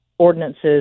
ordinances